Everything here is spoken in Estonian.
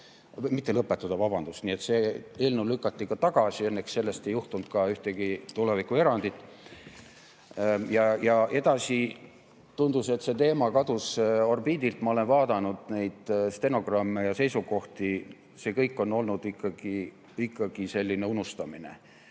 mitte lõpetada, vabandust, see eelnõu lükati tagasi. Õnneks sellest ei juhtunud ühtegi tulevikuerandit. Edasi tundub, et see teema kadus orbiidilt. Ma olen vaadanud neid stenogramme ja seisukohti: see kõik on olnud selline unustamine